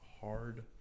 hard